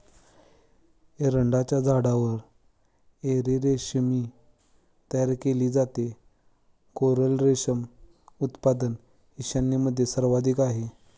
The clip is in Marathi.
एरंडाच्या झाडावर एरी रेशीम तयार केले जाते, कोरल रेशीम उत्पादन ईशान्येमध्ये सर्वाधिक आहे